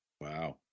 Wow